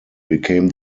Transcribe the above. became